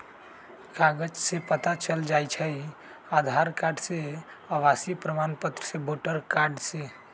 कागज से पता चल जाहई, आधार कार्ड से, आवासीय प्रमाण पत्र से, वोटर कार्ड से?